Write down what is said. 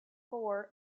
four